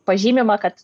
pažymima kad